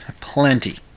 plenty